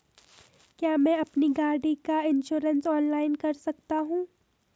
क्या मैं अपनी गाड़ी का इन्श्योरेंस ऑनलाइन कर सकता हूँ?